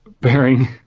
Bearing